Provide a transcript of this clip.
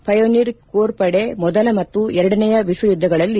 pioneer corps ಪಡೆ ಮೊದಲ ಮತ್ತು ಎರಡನೇಯ ವಿಶ್ವಯುದ್ದಗಳಲ್ಲಿ